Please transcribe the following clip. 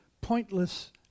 pointless